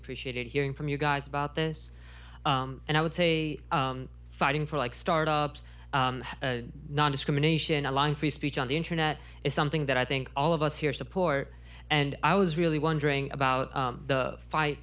appreciated hearing from you guys about this and i would say fighting for like start ups non discrimination along free speech on the internet is something that i think all of us here support and i was really wondering about the